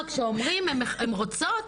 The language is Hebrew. כשאומרים הן רוצות,